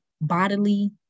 bodily